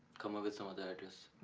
come up with some other address